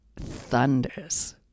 thunders